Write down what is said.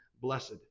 blessed